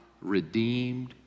redeemed